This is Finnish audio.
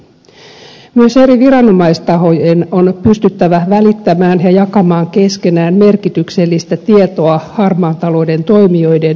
myös eri viranomaistahojen on pystyttävä välittämään ja jakamaan keskenään merkityksellistä tietoa harmaan talouden toimijoiden liiketoiminnasta